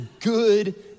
good